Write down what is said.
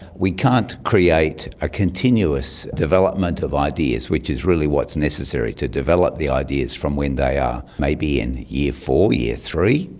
we can't create a continuous development of ideas, which is really what's necessary, to develop the ideas from when they are maybe in year four, year three,